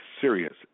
serious